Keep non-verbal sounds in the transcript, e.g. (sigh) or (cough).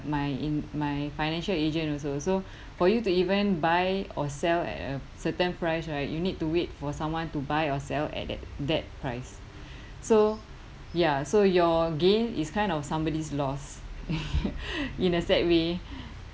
my in my financial agent also so for you to even buy or sell at a certain price right you need to wait for someone to buy or sell at that that price so ya so your gain is kind of somebody's loss (laughs) in a sad way